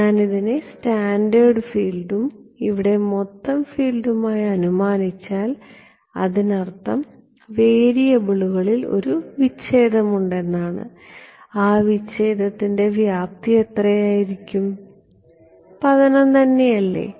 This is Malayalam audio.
ഞാൻ ഇതിനെ സ്കാറ്റേർഡ് ഫീൽഡും ഇവിടെ മൊത്തം ഫീൽഡും ആയി അനുമാനിച്ചാൽ അതിനർത്ഥം വേരിയബിളുകളിൽ ഒരു വിച്ഛേദം ഉണ്ട് ആ വിച്ഛേദത്തിന്റെ വ്യാപ്തി എത്രയായിരിക്കും പതനം തന്നെയല്ലേ